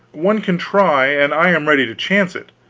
one can try, and i am ready to chance it.